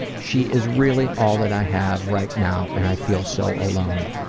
she is really all that i have right now and i feel so alone.